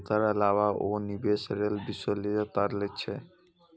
एकर अलावे ओ निवेश लेल विश्लेषणक काज करै छै